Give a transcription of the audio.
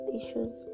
issues